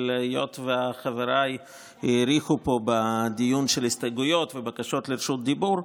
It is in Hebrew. אבל היות וחבריי האריכו פה בדיון של ההסתייגויות ובקשות לרשות דיבור,